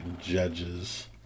judges